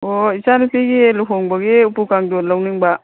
ꯑꯣ ꯏꯆꯥꯅꯨꯄꯤꯒꯤ ꯂꯨꯍꯣꯡꯕꯒꯤ ꯎꯄꯨ ꯀꯥꯡꯊꯣꯟ ꯂꯧꯅꯤꯡꯕ